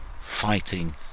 fighting